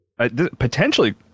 Potentially